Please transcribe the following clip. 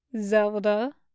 Zelda